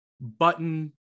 button